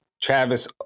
Travis